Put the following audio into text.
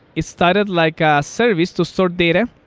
it started like a service to sort data,